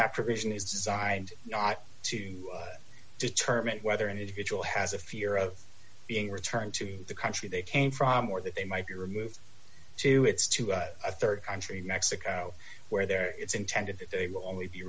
that provision is designed not to determine whether an individual has a few year of being returned to the country they came from or that they might be removed to it's to a rd country mexico where their it's intended that they will only be